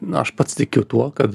na aš pats tikiu tuo kad